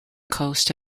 coast